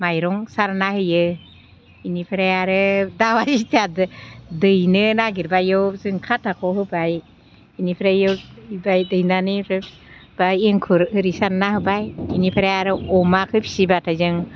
माइरं सारना होयो बेनिफ्राय आरो दाउआ जेथिया दैनो नागिरबा बेयाव जों खाथाखौ होबाय बेनिफ्राव बेयाव दैबाय दैनानै ओमफ्राय बा एंखुर आरि सारना होबाय बेनिफ्राय आरो अमाखौ फिसिबाथाय जों